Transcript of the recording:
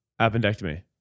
appendectomy